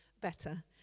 better